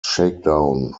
shakedown